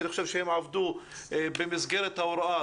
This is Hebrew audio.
אני חושב שאם הם עבדו במסגרת ההוראה,